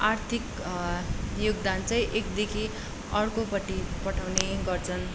आर्थिक योगदान चाहिँ एकदेखि अर्कोपट्टि पठाउने गर्छन्